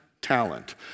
talent